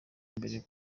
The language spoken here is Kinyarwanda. mbere